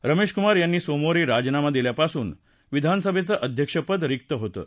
smash Kumar Yatri सोमवारी राजीनामा दिल्यापासून विधानसभेचं अध्यक्षपद रिक्त होतं